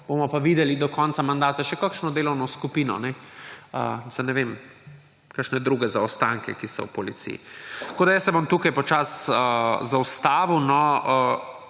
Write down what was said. bomo pa videli do konca mandata še kakšno delovno skupino, za ‒ ne vem, kakšne druge zaostanke, ki so v policiji. Tako se bom tukaj počasi zaustavil.